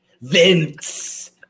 Vince